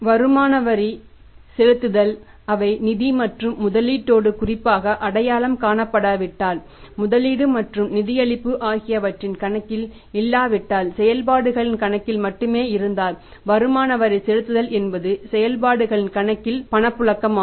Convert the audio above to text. வருமான வரி செலுத்துதல் அவை நிதி மற்றும் முதலீட்டோடு குறிப்பாக அடையாளம் காணப்படாவிட்டால் முதலீடு மற்றும் நிதியளிப்பு ஆகியவற்றின் கணக்கில் இல்லாவிட்டால் செயல்பாடுகளின் கணக்கில் மட்டுமே இருந்தால் வருமான வரி செலுத்துதல் என்பது செயல்பாடுகளின் கணக்கில் பணப்புழக்கமாகும்